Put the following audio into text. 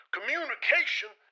Communication